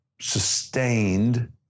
sustained